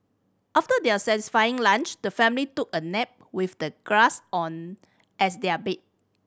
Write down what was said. after their satisfying lunch the family took a nap with the grass on as their bed